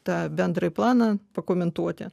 tą bendrąjį planą pakomentuoti